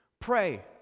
Pray